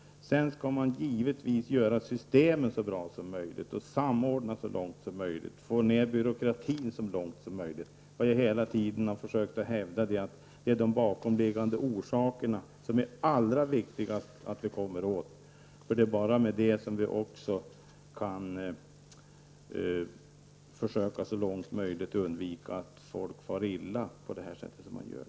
Sedan skall man givetvis göra systemen så bra som möjligt, samordna så långt det går och minska byråkratin. Jag har hela tiden försökt att hävda att det är de bakomliggande orsakerna som det är allra viktigast att vi kommer till rätta med. Det är bara då som vi så långt möjligt kan försöka undvika att folk far illa på det sätt som man i dag gör.